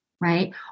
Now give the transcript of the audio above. Right